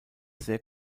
sehr